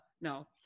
No